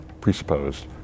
presupposed